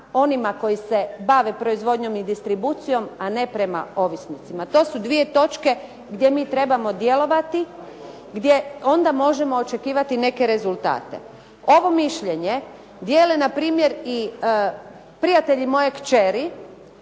onima koji se bave proizvodnjom i distribucijom a ne prema ovisnicima. To su dvije točke gdje mi trebamo djelovati, gdje onda možemo očekivati neke rezultate. Ovo mišljenje dijele na primjer i prijatelji moje kćeri